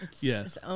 yes